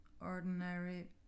ordinary